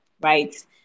right